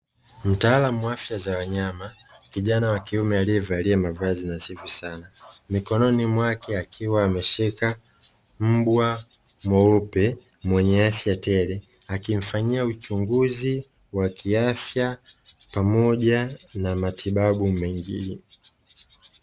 Mtaalam afya za wanyama kijana wa kiume aliyevalia mavazi nadhifu sana, mikononi mwake akiwa ameshika mbwa mweupe mwenye afya tele akimfanyia uchunguzi wa kiafya pamoja na matibabu mengine.